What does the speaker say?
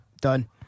done